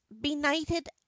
benighted